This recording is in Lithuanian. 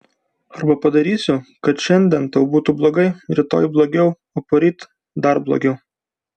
arba padarysiu kad šiandien tau būtų blogai rytoj blogiau o poryt dar blogiau